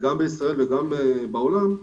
בישראל וגם בעולם,